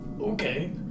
Okay